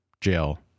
jail